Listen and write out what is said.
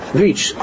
reach